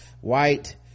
white